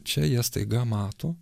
čia jie staiga mato